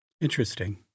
Interesting